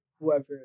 whoever